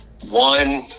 One